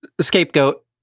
scapegoat